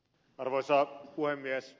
arvoisa puhemies